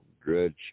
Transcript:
dredge